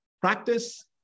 practice